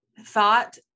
thought